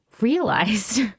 realized